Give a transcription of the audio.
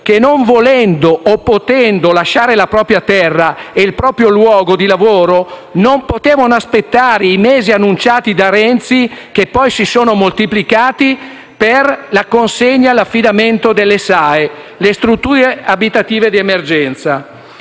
che, non volendo o potendo lasciare la propria terra e il proprio luogo di lavoro, non potevano aspettare i mesi annunciati da Renzi, che poi si sono moltiplicati, per la consegna e l'affidamento delle SAE, le strutture abitative di emergenza.